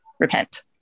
Repent